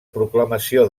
proclamació